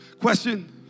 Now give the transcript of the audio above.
Question